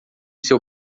seu